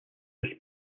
was